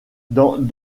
dans